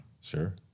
Sure